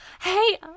Hey